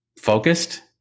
focused